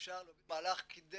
שאפשר להוביל מהלך כדי